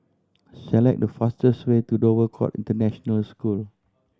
select the fastest way to Dover Court International School